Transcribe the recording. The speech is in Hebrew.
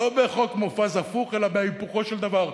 לא בחוק מופז הפוך, אלא בהיפוכו של דבר.